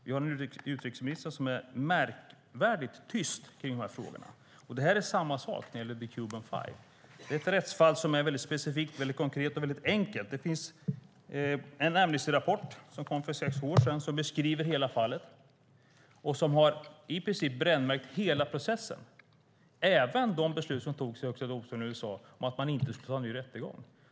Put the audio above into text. Vi har en utrikesminister som är märkvärdigt tyst i dessa frågor. Det är samma sak när det gäller "the Cuban Five". Det är ett rättsfall som är specifikt, konkret och enkelt. För sex år sedan kom en Amnestyrapport som beskrev hela fallet och i princip brännmärkte hela processen, även de beslut som togs i Högsta domstolen i USA om att det inte skulle bli någon ny rättegång.